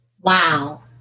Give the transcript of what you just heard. wow